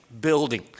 building